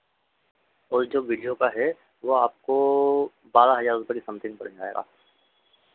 और जो विडियो का है वो आपको बारह हज़ार रुपये के समथिंग पड़ जाएगा